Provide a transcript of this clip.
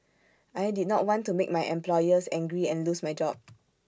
I did not want to make my employers angry and lose my job